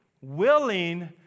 willing